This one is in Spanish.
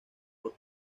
por